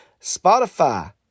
Spotify